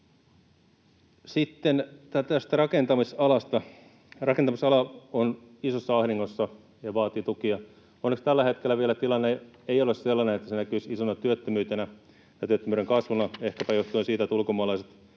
Rakentamisala on isossa ahdingossa ja vaatii tukia. Onneksi vielä tällä hetkellä tilanne ei ole sellainen, että se näkyisi isona työttömyytenä ja työttömyyden kasvuna, ehkäpä johtuen siitä, että ulkomaalaiset